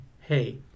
hey